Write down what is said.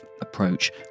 approach